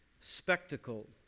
spectacle